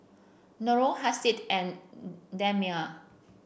Nurul Hasif and Damia